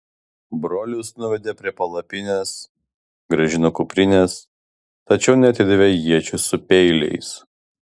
brolius nuvedė prie palapinės grąžino kuprines tačiau neatidavė iečių su peiliais